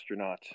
astronauts